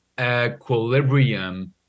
equilibrium